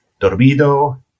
dormido